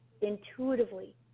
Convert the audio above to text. intuitively